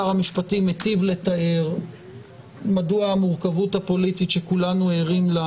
שר המשפטים היטיב לתאר מדוע המורכבות הפוליטית שכולנו ערים לה